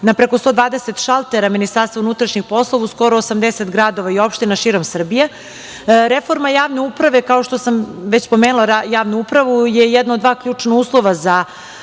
na preko 120 šaltera Ministarstva unutrašnjih poslova u skoro 80 gradova i opština širom Srbije. Reforma javne uprave, kao što sam već spomenula, je jedno od dva ključna uslova za